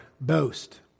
boast